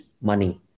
money